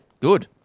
Good